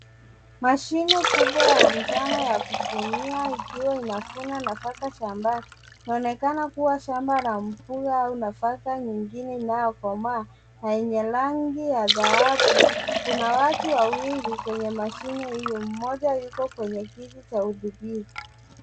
Mashine kubwa ya njano ya kuvunia ikiwa inavuna nafaka shambani. Inaonekana kuwa shamba la mpunga au nafaka nyingine inayokomaa na yenye rangi ya dhahabu. Kuna watu wawili kwenye mashine hiyo. Mmoja yuko kwenye kiti cha udhibiti.